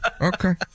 okay